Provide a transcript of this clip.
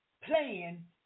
playing